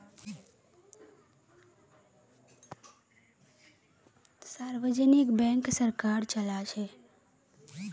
सार्वजनिक बैंक सरकार चलाछे